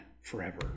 forever